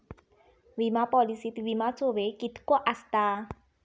विमा पॉलिसीत विमाचो वेळ कीतको आसता?